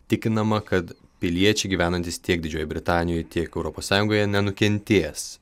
tikinama kad piliečiai gyvenantys tiek didžiojoj britanijoj tiek europos sąjungoje nenukentės